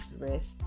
rest